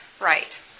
right